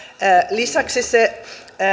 lisäksi se